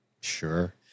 Sure